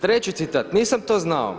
Treći citat „Nisam to znao.